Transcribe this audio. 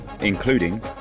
including